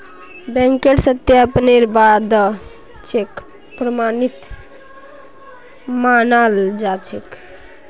बैंकेर सत्यापनेर बा द चेक प्रमाणित मानाल जा छेक